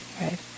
right